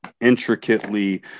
intricately